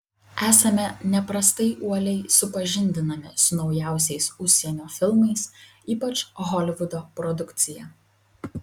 esame neprastai uoliai supažindinami su naujausiais užsienio filmais ypač holivudo produkcija